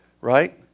Right